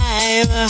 Time